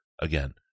again